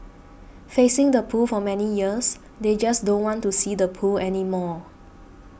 facing the pool for many years they just don't want to see the pool anymore